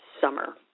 summer